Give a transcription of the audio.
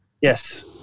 Yes